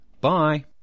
Bye